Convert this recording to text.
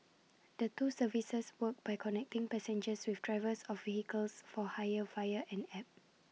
the two services work by connecting passengers with drivers of vehicles for hire via an app